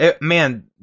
Man